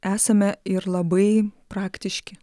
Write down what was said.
esame ir labai praktiški